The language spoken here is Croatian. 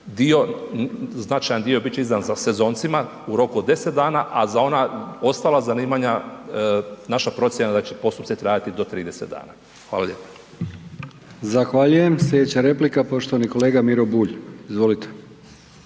značajan dio bit će izdan za sezoncima u roku od 10 dana, a za ona ostala zanimanja naša procjena je da će postupci trajati do 30 dana. Hvala lijepo. **Brkić, Milijan (HDZ)** Zahvaljujem. Slijedeća replika poštovani kolega Miro Bulj, izvolite.